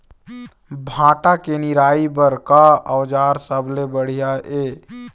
भांटा के निराई बर का औजार सबले बढ़िया ये?